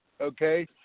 okay